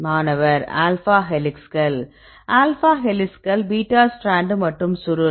மாணவர் ஆல்பா ஹெலிக்ஸ்கள் ஆல்பா ஹெலிக்ஸ்கள் பீட்டா ஸ்ட்ராண்ட் மற்றும் சுருள்